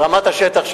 ברמת השטח,